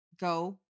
go